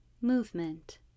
movement